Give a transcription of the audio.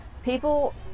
People